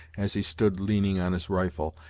as he stood leaning on his rifle,